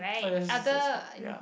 oh ya it's this is hot ya